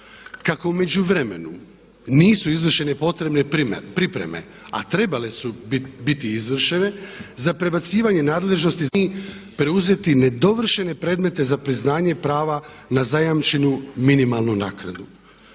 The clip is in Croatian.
Kako u međuvremenu nisu izvršene potrebne pripreme, a trebale su biti izvršene, za prebacivanje nadležnosti za odlučivanje o priznanju prava na zajamčenu minimalnu naknadu,